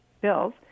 bills